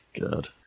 God